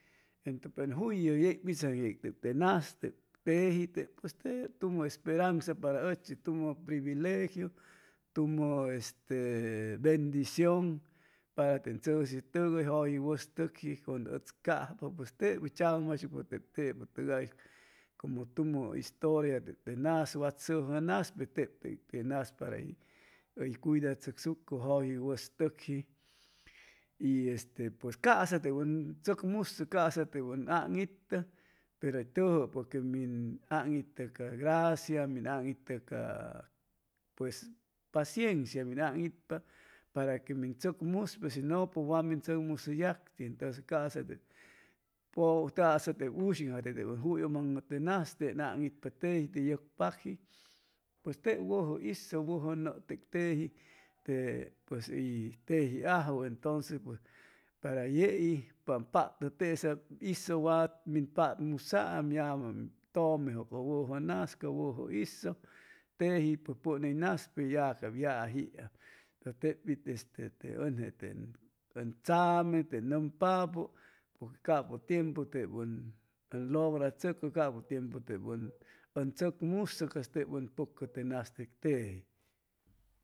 Entʉ pen jullʉ yeg pitzaŋ yeg tep te nas tep teji tep pues tep tumʉ esperanza para ʉchi tumʉ privilegiu tumʉ este bendicion para ten tzʉshitʉgay jʉji wʉstʉkji cuando ʉds cajpa pues tep hʉy tzagʉmjayshucpa tepʉtʉgais como tumʉ historia tep te nas wat sʉjʉ nas pe tec tei te nas para hʉy cuidachʉcsucpa jʉji wʉstʉkji y pue ca'sa te ʉn tzʉcmusʉ ca'sa tep ʉn aŋitʉ pero hʉy tʉjʉpa que min aŋitʉ ca gracia min aŋitʉ ca pues paciencia que min aŋitpa para que min tzʉcmuspa shinʉ pues wa min tzʉcmusʉ yaaŋ y entʉns ca'sa wishin jate tep ʉn jullʉŋmaŋʉ te nas ten aŋitpa teji te yʉgpaqji pues tep wʉjʉ hizʉ wʉjʉ nʉʉ te pues tec teji te pues hʉy tejiajwʉ entonces yei para ʉm patʉ tesap hizʉ wam patmusaam yamam tʉmepʉ ca wʉjʉ nas ca wʉjʉ hizʉ teji pʉn hʉy nas ya ap yajiam tep pi te ʉnje ʉn tzame te nʉmpapʉ capʉ tiempu tep ʉn lograchʉcʉ capʉ tiempu tep ʉn tzʉcmusʉ cas tep ʉn pʉcʉ te nas teji